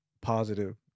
positive